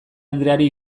andreari